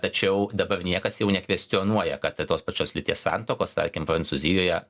tačiau dabar niekas jau nekvestionuoja kad tos pačios lyties santuokos tarkim prancūzijoje